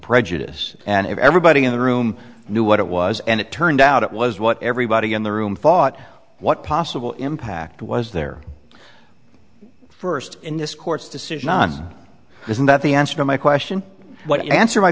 prejudice and if everybody in the room knew what it was and it turned out it was what everybody in the room fought what possible impact was there first in this court's decision isn't that the answer my question what you answer my